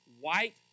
white